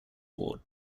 ward